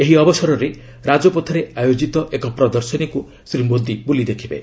ଏହି ଅବସରରେ ରାଜପଥରେ ଆୟୋଜିତ ଏକ ପ୍ରଦର୍ଶନୀକୁ ଶ୍ରୀ ମୋଦି ବୁଲି ଦେଖିବେ